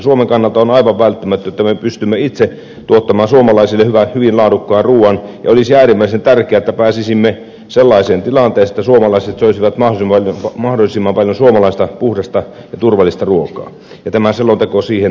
suomen kannalta on aivan välttämätöntä että me pystymme itse tuottamaan suomalaisille hyvin laadukkaan ruuan ja olisi äärimmäisen tärkeää että pääsisimme sellaiseen tilanteeseen että suomalaiset söisivät mahdollisimman paljon suomalaista puhdasta ja turvallista ruokaa ja tämä selonteko siihen nimenomaan tähtää